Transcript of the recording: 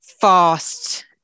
fast